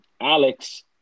Alex